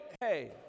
hey